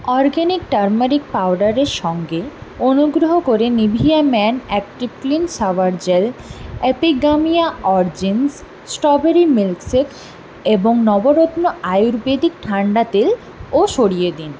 organic turmeric পাউডারের সঙ্গে অনুগ্রহ করে Nivea men active clean shower gel Epigamia origins strawberry milkshake এবং নবরত্ন আয়ুর্বেদিক ঠান্ডা তেল ও সরিয়ে দিন